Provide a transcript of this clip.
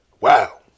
Wow